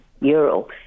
euro